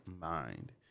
mind